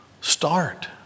start